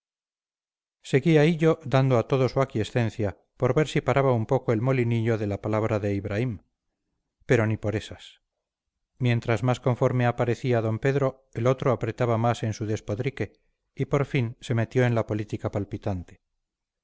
buen alojamiento seguía hillo dando a todo su aquiescencia por ver si paraba un poco el molinillo de la palabra de ibraim pero ni por esas mientras más conforme aparecía d pedro el otro apretaba más en su despotrique y por fin se metió en la política palpitante